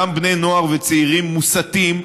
גם בני נוער וצעירים מוסתים,